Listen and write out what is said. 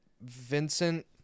Vincent